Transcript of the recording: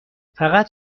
فقط